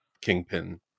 Kingpin